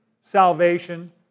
salvation